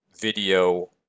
video